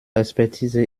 expertise